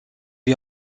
est